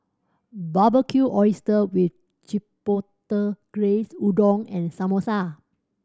Barbecued Oyster with Chipotle Glaze Udon and Samosa